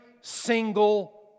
single